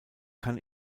kann